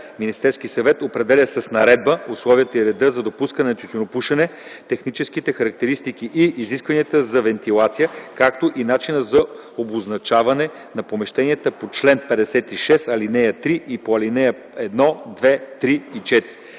Министерският съвет определя с наредба условията и реда за допускане на тютюнопушене, техническите характеристики и изискванията за вентилация, както и начина за обозначаване на помещенията по чл. 56, ал. 3 и по ал. 1, 3 и 4.”